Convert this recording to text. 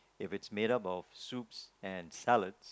if it's made up of soups and salads